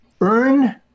earn